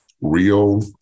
real